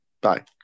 Bye